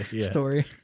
story